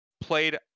played